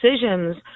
decisions